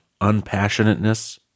unpassionateness